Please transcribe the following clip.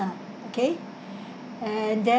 okay and then